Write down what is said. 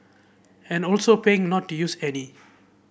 and also paying not to use any